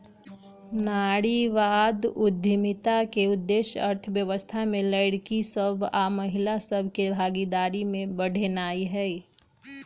नारीवाद उद्यमिता के उद्देश्य अर्थव्यवस्था में लइरकि सभ आऽ महिला सभ के भागीदारी के बढ़ेनाइ हइ